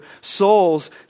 souls